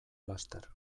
laster